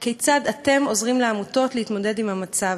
כיצד אתם עוזרים לעמותות להתמודד עם המצב?